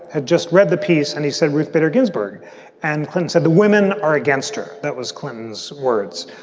had just read the piece and he said ruth bader ginsburg and clinton said the women are against her. that was clinton's words.